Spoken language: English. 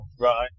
right